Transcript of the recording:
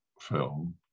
film